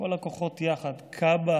יחד, כב"א,